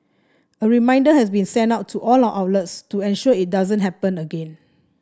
a reminder has been sent out to all our outlets to ensure it doesn't happen again